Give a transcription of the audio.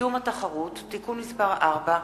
(קידום התחרות) (תיקון מס' 4)